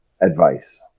advice